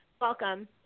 Welcome